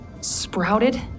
sprouted